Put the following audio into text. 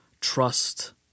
trust